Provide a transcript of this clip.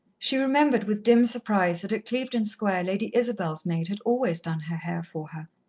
she remembered with dim surprise that at clevedon square lady isabel's maid had always done her hair for her.